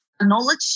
knowledge